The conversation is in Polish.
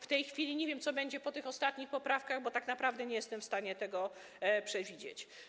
W tej chwili nie wiem, co będzie po tych ostatnich poprawkach, bo tak naprawdę nie jestem w stanie tego przewidzieć.